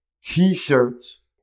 t-shirts